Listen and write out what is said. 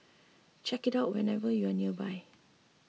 check it out whenever you are nearby